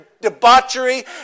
debauchery